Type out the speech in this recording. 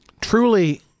truly